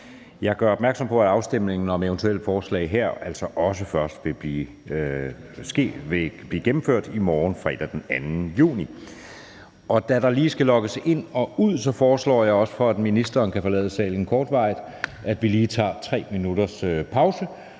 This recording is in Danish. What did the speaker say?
Jeg gør opmærksom på, at afstemningen om eventuelle forslag til vedtagelse først vil blive gennemført i morgen, fredag den 2. juni 2023. For at der lige kan logges ind og ud, og for at ministeren kan forlade salen kortvarigt, foreslår jeg, at vi tager 3 minutters pause.